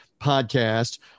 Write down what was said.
podcast